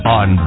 on